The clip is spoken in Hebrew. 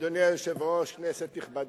חבר הכנסת טיבי, אדוני היושב-ראש, כנסת נכבדה,